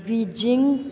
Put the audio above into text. Beijing